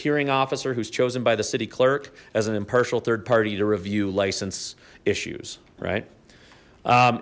hearing officer who's chosen by the city clerk as an partial third party to review license issues right